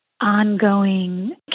ongoing